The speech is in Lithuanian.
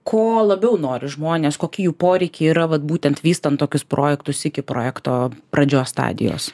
ko labiau nori žmonės kokie jų poreikiai yra vat būtent vystant tokius projektus iki projekto pradžios stadijos